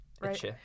right